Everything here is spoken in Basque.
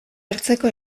hartzeko